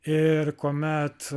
ir kuomet